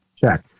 Check